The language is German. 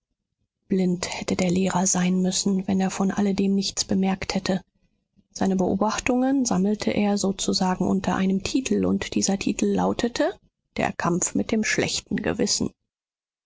blind hätte der lehrer sein müssen wenn er von alledem nichts bemerkt hätte seine beobachtungen sammelte er sozusagen unter einem titel und dieser titel lautete der kampf mit dem schlechten gewissen